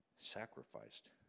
sacrificed